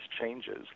changes